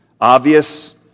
obvious